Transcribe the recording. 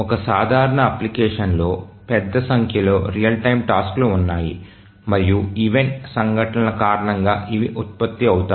ఒక సాధారణ అప్లికేషన్ లో పెద్ద సంఖ్యలో రియల్ టైమ్ టాస్క్లు ఉన్నాయి మరియు ఈవెంట్ సంఘటనల కారణంగా ఇవి ఉత్పత్తి అవుతాయి